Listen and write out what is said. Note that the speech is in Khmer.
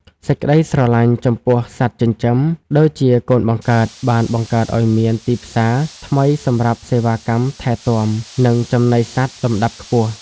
សេចក្ដីស្រឡាញ់ចំពោះ "សត្វចិញ្ចឹម" ដូចជាកូនបង្កើត បានបង្កើតឱ្យមានទីផ្សារថ្មីសម្រាប់សេវាកម្មថែទាំ និងចំណីសត្វលំដាប់ខ្ពស់។